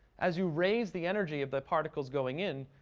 as you raise the energy of the particles going in,